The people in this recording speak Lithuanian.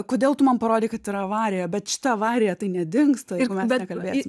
kodėl tu man parodei kad yra avarija bet šita avarija tai nedingsta jeigu mes nekalbėsim